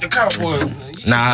Nah